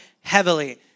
heavily